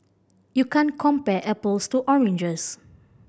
you can't compare apples to oranges